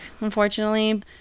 unfortunately